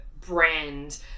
brand